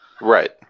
Right